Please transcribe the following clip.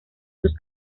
sus